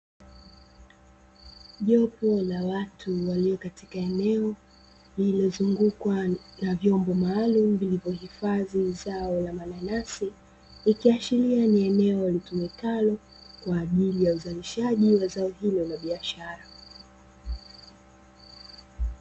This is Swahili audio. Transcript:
Jopo la watu waliopo katika eneo lililozungukwa na vyombo maalumu vilivyohifadhi zao la mananasi. Ikiashiria ni eneo litumikalo kwa ajili ya uzalishaji wa zao hilo la biashara.